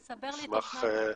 תסבר לי את האוזן, בבקשה.